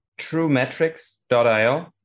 truemetrics.io